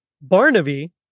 Barnaby